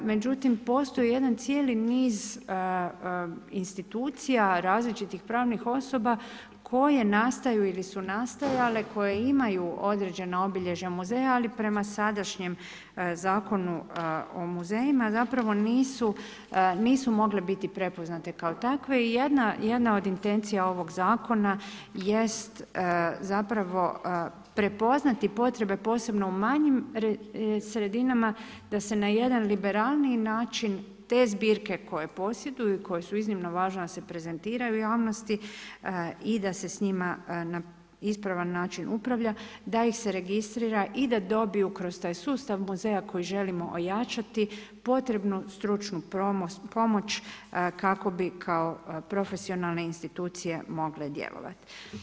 Međutim postoji jedan cijeli niz institucija, različitih pravnih osoba koje nastaju ili su nastajale, koje imaju određena obilježja muzeja, ali prema sadašnjem Zakonu o muzejima zapravo nisu mogle biti prepoznate kao takve i jedna od intencija ovog zakona jest zapravo prepoznati potrebe, posebno u manjim sredinama, da se na jedan liberalniji način, te zbirke koje posjeduju i koje su iznimno važne da se prezentiraju javnosti i da se s njima na ispravan način upravlja, da ih se registrira i da dobiju kroz taj sustav muzeja koji želimo ojačati potrebnu stručnu pomoć kako bi kao profesionalne institucije mogle djelovat.